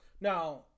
Now